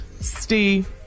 Steve